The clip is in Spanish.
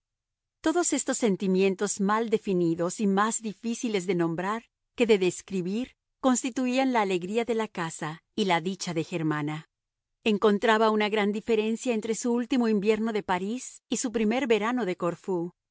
todos estos sentimientos mal definidos y más difíciles de nombrar que de describir constituían la alegría de la casa y la dicha de germana encontraba una gran diferencia entre su último invierno de parís y su primer verano de corfú